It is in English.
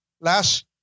last